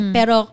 Pero